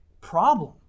problem